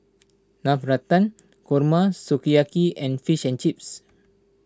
Navratan Korma Sukiyaki and Fish and Chips